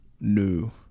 new